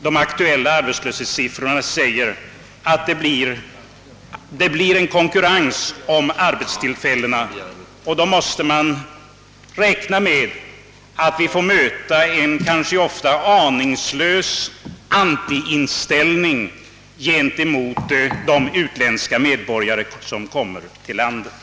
De aktuella arbetslöshetssiffrorna visar att det blir en konkurrens om arbetstillfällena, och man måste då räkna med att de utländska medborgare, som kommer till vårt land, får möta en kanske ofta aningslös anti-inställning.